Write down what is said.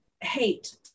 hate